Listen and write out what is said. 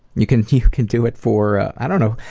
you can you can do it for, i don't know,